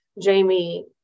Jamie